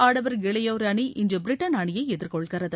ஆடவர் இளையோர் அணி இன்று பிரிட்டன் அணியை எதிர்கொள்கிறது